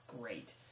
great